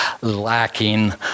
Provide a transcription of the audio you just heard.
lacking